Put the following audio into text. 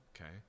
okay